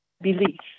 belief